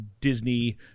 Disney